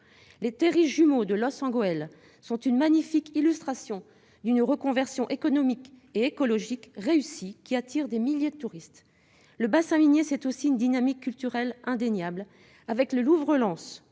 Les terrils jumeaux de Loos-en-Gohelle sont une magnifique illustration d'une reconversion économique et écologique réussie, qui attire des milliers de touristes. Le bassin minier, c'est aussi une dynamique culturelle indéniable, avec le Louvre-Lens,